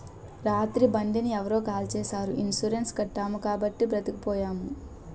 రాత్రి బండిని ఎవరో కాల్చీసారు ఇన్సూరెన్సు కట్టాము కాబట్టి బతికిపోయాము